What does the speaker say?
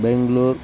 Bengaluru